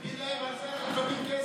תגיד להם שעל זה אנחנו מקבלים כסף,